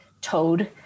toad